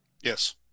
Yes